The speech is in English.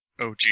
OG